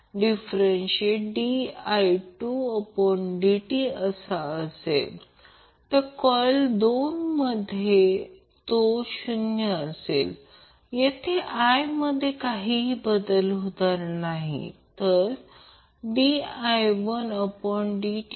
तर रेझोनन्स मिळवण्यासाठी या पाच प्रमाणांपैकी प्रत्येकी बदलता येते पाच व्हेरिएबल्स आहेत ω0 नंतर C नंतर RL नंतर RC मग L